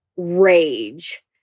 rage